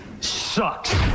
sucks